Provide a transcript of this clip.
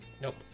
Nope